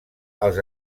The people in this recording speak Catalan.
als